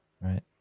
Right